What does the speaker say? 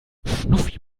schnuffi